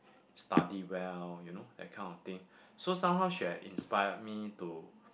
study well you know that kind of thing so somehow she had inspired me to